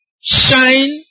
shine